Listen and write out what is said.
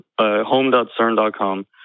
home.cern.com